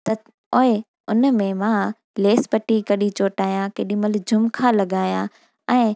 त ऐं उन में मां लेस पटी कॾहिं चोटाया केॾीमहिल झुमका लॻायां ऐं